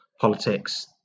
politics